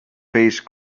face